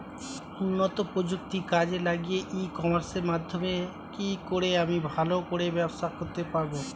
উন্নত প্রযুক্তি কাজে লাগিয়ে ই কমার্সের মাধ্যমে কি করে আমি ভালো করে ব্যবসা করতে পারব?